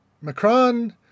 Macron